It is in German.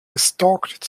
gestalkt